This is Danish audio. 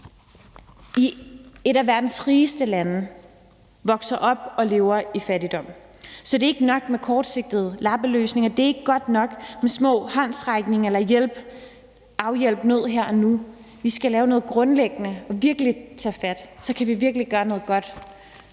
i et af verdens rigeste lande vokser op og lever i fattigdom. Så det er ikke nok med kortsigtede lappeløsninger, det er ikke godt nok med små håndsrækninger eller at afhjælpe nød her og nu. Vi skal lave noget grundlæggende og virkelig tage fat, for så kan vi virkelig gøre noget godt,